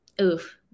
Oof